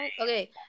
Okay